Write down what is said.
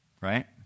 right